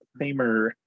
Famer